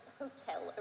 hotel